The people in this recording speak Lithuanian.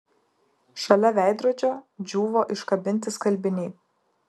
šalia veidrodžio džiūvo iškabinti skalbiniai